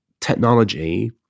technology